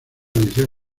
liceo